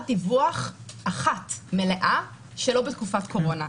דיווח אחת מלאה שלא בתקופת הקורונה.